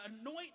anoint